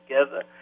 together